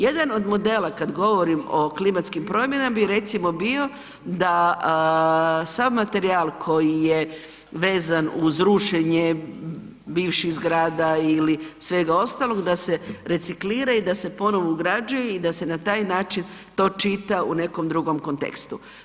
Jedan od modela kad govorim o klimatskim promjenama bi recimo bio da sav materijal koji je vezan uz rušenje bivših zgrada ili svega ostalog da se reciklira i da se ponovo ugrađuje i da se na taj način to čita u nekom drugom kontekstu.